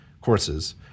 courses